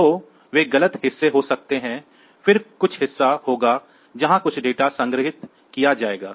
तो वे गलत हिस्सा हो सकते हैं फिर कुछ हिस्सा होगा जहां कुछ डेटा संग्रहीत किया जाएगा